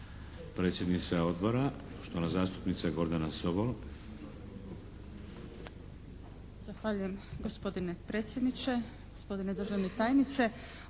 Predsjednica odbora, poštovana zastupnica Gordana Sobol.